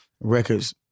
records